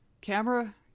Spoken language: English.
camera